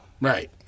Right